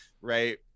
right